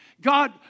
God